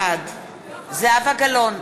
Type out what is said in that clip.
בעד זהבה גלאון,